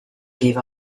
gave